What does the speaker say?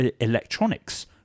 electronics